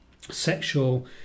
sexual